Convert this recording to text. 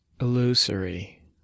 illusory